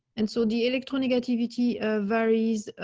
and so the electronic activity ah varies ah